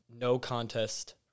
no-contest